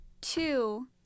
Two